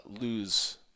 lose